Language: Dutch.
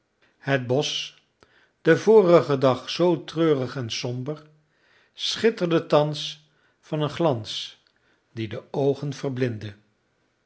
het bosch den vorigen dag zoo treurig en somber schitterde thans van een glans die de oogen verblindde